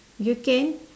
you can